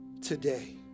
today